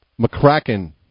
McCracken